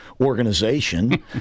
organization